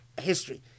history